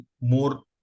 more